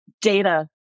data